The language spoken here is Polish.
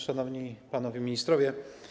Szanowni Panowie Ministrowie!